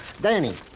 Danny